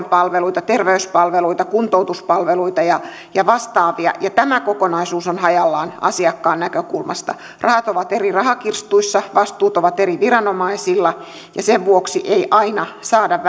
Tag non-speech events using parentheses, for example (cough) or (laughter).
(unintelligible) palveluita terveyspalveluita kuntoutuspalveluita ja ja vastaavia ja tämä kokonaisuus on hajallaan asiakkaan näkökulmasta rahat ovat eri rahakirstuissa vastuut ovat eri viranomaisilla ja sen vuoksi ei välttämättä aina saada (unintelligible)